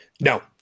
No